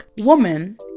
woman